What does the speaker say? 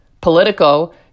Politico